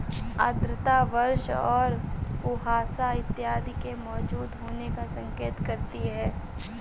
आर्द्रता वर्षा और कुहासा इत्यादि के मौजूद होने का संकेत करती है